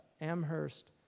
Amherst